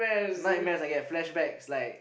nightmares I get flashback like